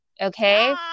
Okay